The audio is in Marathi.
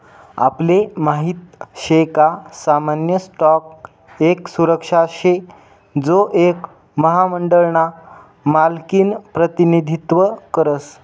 आपले माहित शे का सामान्य स्टॉक एक सुरक्षा शे जो एक महामंडळ ना मालकिनं प्रतिनिधित्व करस